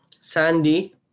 Sandy